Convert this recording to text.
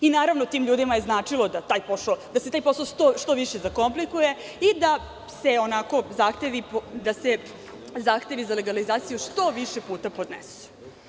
Naravno, tim ljudima je značilo da se taj posao što više zakomplikuje i da se zahtevi za legalizaciju što više puta podnesu.